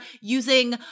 using